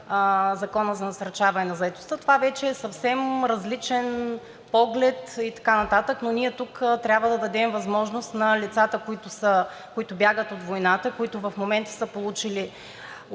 Законът за насърчаване на заетостта, това вече е съвсем различен поглед и така нататък, но ние тук трябва да дадем възможност на лицата, които бягат от войната, които в момента са получили